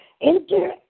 Enter